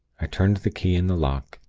i turned the key in the lock,